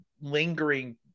lingering